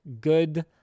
Good